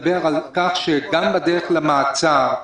בדרך למעצר,